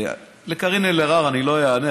לקארין אלהרר אני לא אענה.